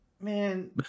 Man